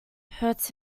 hurts